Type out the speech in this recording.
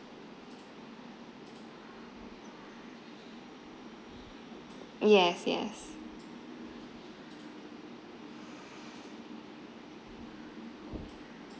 yes yes